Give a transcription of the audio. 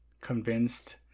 convinced